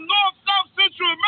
North-South-Central